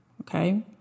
okay